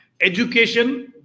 Education